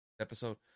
episode